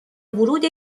ورود